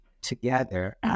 together